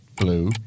Blue